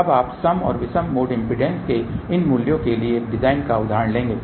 अब आप सम और विषम मोड इम्पीडेन्स के इन मूल्यों के लिए एक डिज़ाइन का उदाहरण लेंगे